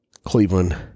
Cleveland